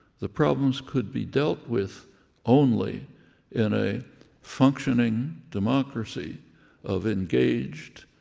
the problems could be dealt with only in a functioning democracy of engaged,